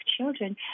children